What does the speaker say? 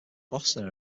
boston